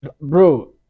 Bro